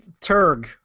Turg